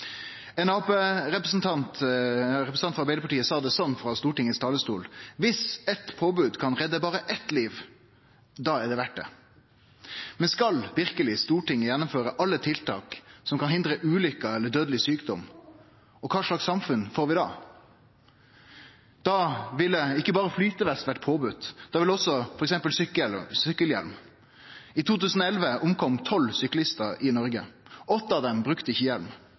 Ein representant frå Arbeidarpartiet sa frå Stortingets talarstol at dersom eit påbod kan redde berre eitt liv, da er det verdt det. Men skal verkeleg Stortinget gjennomføre alle tiltak som kan hindre ulykker eller dødeleg sjukdom? Kva slags samfunn får vi da? Da ville ikkje berre flytevest ha vore påbode; det ville også f.eks. sykkelhjelm. I 2011 omkom tolv syklistar i Noreg, åtte av dei brukte ikkje hjelm,